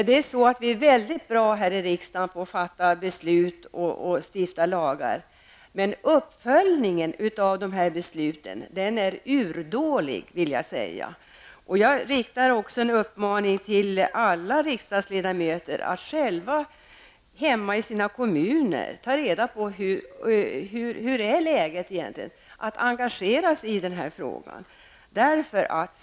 Vi är här i riksdagen mycket bra på att fatta beslut och stifta lagar, men uppföljningen av besluten är urdålig, vill jag påstå. Jag riktar en uppmaning till alla riksdagsledamöter att själva ta reda på hur läget är i deras egna kommuner och engagera sig i den här frågan.